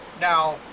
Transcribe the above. Now